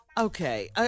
Okay